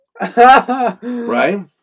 Right